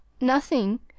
Nothing